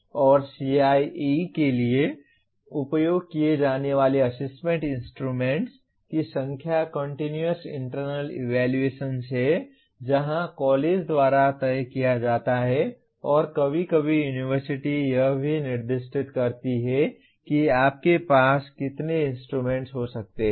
और CIE के लिए उपयोग किए जाने वाले असेसमेंट इंस्ट्रूमेंट्स की संख्या कंटिन्यूअस इंटरनल इवैल्यूएशन है जहां कॉलेज द्वारा तय किया जाता है और कभी कभी यूनिवर्सिटी यह भी निर्दिष्ट करती है कि आपके पास कितने इंस्ट्रूमेंट्स हो सकते हैं